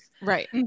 right